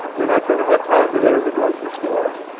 you're not going to have time to go to the grocery store.